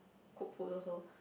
cook food also